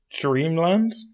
Dreamland